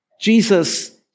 Jesus